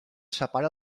separa